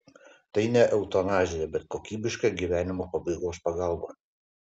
tai ne eutanazija bet kokybiška gyvenimo pabaigos pagalba